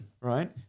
right